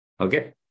Okay